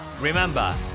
Remember